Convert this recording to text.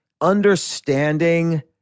understanding